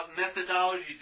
methodology